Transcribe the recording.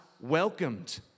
welcomed